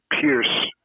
Pierce